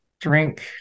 drink